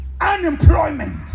Unemployment